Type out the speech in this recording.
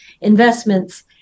investments